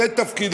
זה תפקידו.